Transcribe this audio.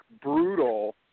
brutal